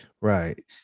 Right